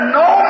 no